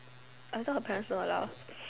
I thought her parents don't allow